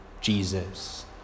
Jesus